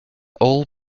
all